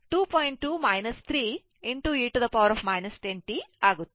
2 3 e 10t ಆಗುತ್ತದೆ